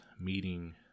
meeting